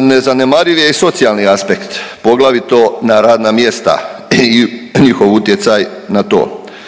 Nezanemariv je i socijalni aspekt poglavito na radna mjesta i njihov utjecaj na to.